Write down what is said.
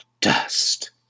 dust